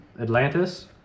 Atlantis